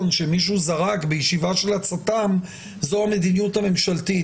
שמישהו זרק בישיבה של הצט"מ זו המדיניות הממשלתית.